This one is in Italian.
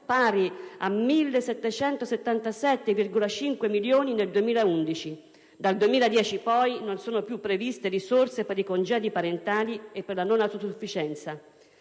(pari a 1.777,5 milioni di euro) nel 2011. Dal 2010, poi, non sono più previste risorse per i congedi parentali e per la non autosufficienza.